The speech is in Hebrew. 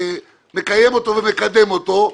מקיים אותו ומקדם אותו,